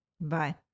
Bye